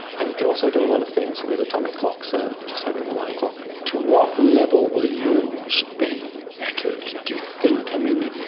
and you can also do a lot of things with atomic clocks, ah just having the one clock. to what level will yours be accurate, do you think? i mean,